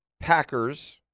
Packers